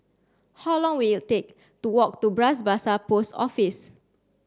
how long will take to walk to Bras Basah Post Office